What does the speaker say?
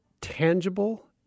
tangible